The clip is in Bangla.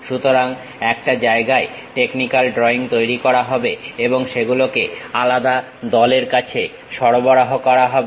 সুতরাং একটা জায়গায় টেকনিক্যাল ড্রয়িং তৈরি করা হবে এবং সেগুলোকে আলাদা দলের কাছে সরবরাহ করা হবে